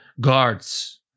guards